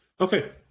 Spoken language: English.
Okay